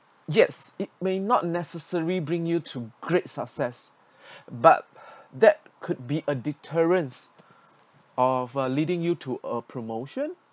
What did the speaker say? yes it may not necessarily bring you to great success but that could be a deterrence of a leading you to a promotion